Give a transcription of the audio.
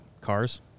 Cars